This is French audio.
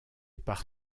par